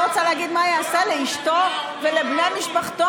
אני לא רוצה להגיד מה יעשה לאשתו ולבני משפחתו.